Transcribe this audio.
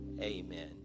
Amen